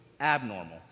abnormal